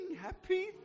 Happy